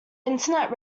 internet